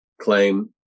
claim